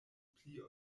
pli